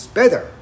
better